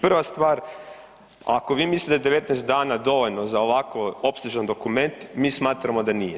Prav stvar, ako vi mislite da je 19 dana dovoljno za ovako opsežan dokument, mi smatramo da nije.